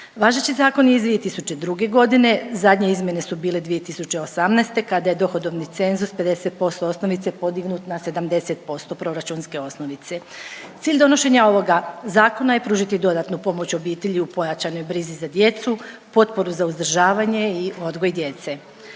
Važeći zakoni iz 2002. godine zadnje izmjene su bile 2018. kada je dohodovni cenzus 50% osnovice podignut na 70% proračunske osnovice. Cilj donošenja ovoga zakona je pružiti dodatnu pomoć obitelji u pojačanoj brizi za djecu, potporu za uzdržavanje i odgoj djece.